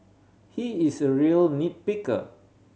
he is a real nit picker